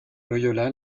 loyola